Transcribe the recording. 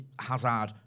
Hazard